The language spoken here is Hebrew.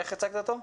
איך הצגת אותו?